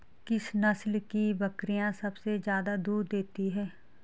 किस नस्ल की बकरीयां सबसे ज्यादा दूध देती हैं?